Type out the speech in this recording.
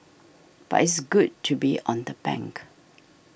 but it's good to be on the bank